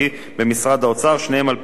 שניהם על-פי הצעת שר האוצר,